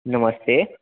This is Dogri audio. नमस्ते